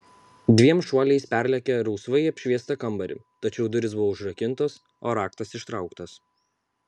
dviem šuoliais perlėkė rausvai apšviestą kambarį tačiau durys buvo užrakintos o raktas ištrauktas